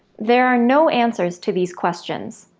there are no answers to these questions,